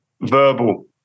verbal